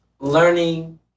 Learning